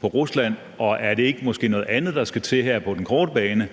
på Rusland, og er det måske ikke noget andet, der skal til her på den korte bane,